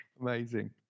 Amazing